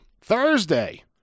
Thursday